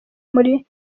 muri